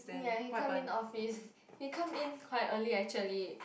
ya he come in office he come in quite early actually